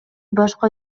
башка